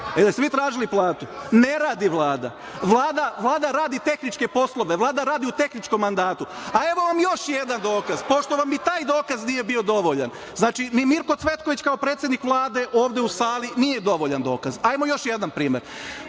A jeste li vi tražili platu? Ne radi Vlada, Vlada radi tehničke poslove, Vlada radi u tehničkom mandatu? A evo, vam još jedan dokaz, pošto vam i taj dokaz nije bio dovoljan, znači ni Mirko Cvetković, kao predsednik Vlade ovde u sali nije dovoljan dokaz. Hajdemo još jedan primer. Bojan